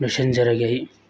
ꯂꯣꯏꯁꯤꯟꯖꯔꯒꯦ ꯑꯩ